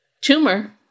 tumor